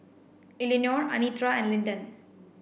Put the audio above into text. Eleonore Anitra and Linden